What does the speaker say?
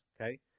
Okay